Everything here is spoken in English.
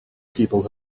people